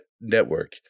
network